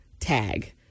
tag